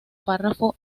párrafo